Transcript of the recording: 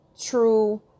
true